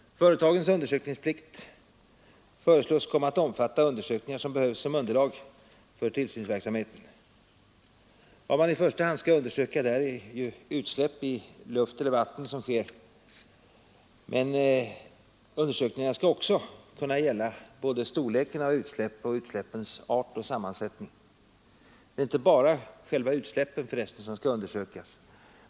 Företagens undersökningsplikt föreslås komma att omfatta undersökningar som behövs såsom underlag för tillsynsverksamheten. Vad man i första hand skall undersöka är de utsläpp i luft eller vatten som sker, men undersökningarna skall också kunna gälla både storleken av utsläppen och utsläppens art och sammansättning. Och det är för resten inte bara själva utsläppen som skall kunna undersökas.